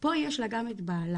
פה יש לה גם את בעלה.